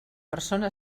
persona